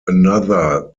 another